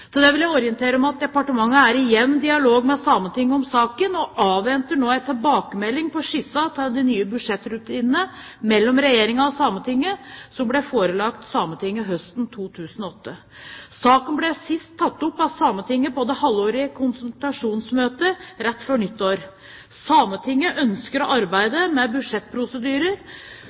Til dette vil jeg orientere om at departementet er i jevnlig dialog med Sametinget om saken og avventer nå en tilbakemelding om skissen til nye budsjettrutiner mellom Regjeringen og Sametinget som ble forelagt Sametinget høsten 2008. Saken ble sist tatt opp av Sametinget på det halvårlige konsultasjonsmøtet rett før nyttår. Sametinget ønsker at arbeidet med budsjettprosedyrer